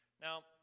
Now